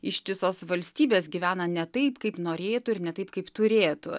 ištisos valstybės gyvena ne taip kaip norėtų ir ne taip kaip turėtų